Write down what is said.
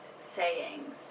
sayings